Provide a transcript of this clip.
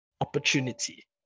Opportunity